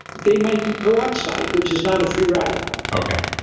they might be peroxide, which is not a free radical okay,